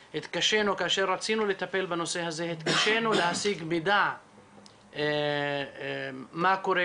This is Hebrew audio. כאשר רצינו לטפל בנושא הזה אנחנו התקשינו להשיג מידע מה קורה